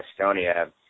estonia